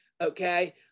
okay